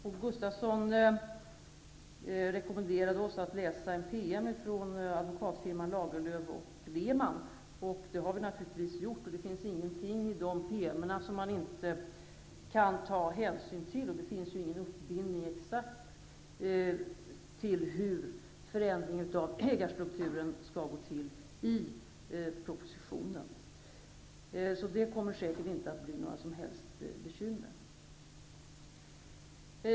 Åke Gustavsson rekommenderade oss att läsa ett pm från advokatfirman Lagerlöf & Leman, och det har vi naturligtvis gjort. De finns ingenting i detta pm som man inte kan ta hänsyn till, och det görs i propositionen ingen uppbindning när det gäller exakt hur förändringen av ägarstrukturen skall gå till. Det kommer säkert inte att bli några som helst bekymmer.